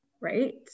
Right